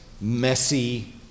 messy